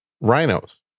rhinos